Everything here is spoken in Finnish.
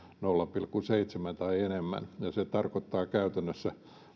nolla pilkku seitsemän tai enemmän se tarkoittaa käytännössä